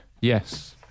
Yes